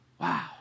wow